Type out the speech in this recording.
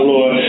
Lord